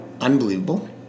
unbelievable